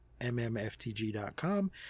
mmftg.com